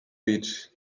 beach